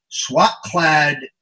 SWAT-clad